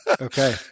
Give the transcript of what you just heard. Okay